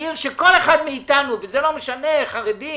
עיר שכל אחד מאתנו וזה לא משנה חרדים